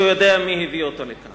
הוא יודע מי הביא אותו לכך.